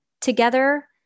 together